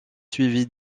suivis